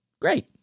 Great